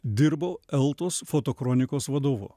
dirbau eltos foto kronikos vadovu